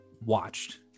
watched